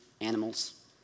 animals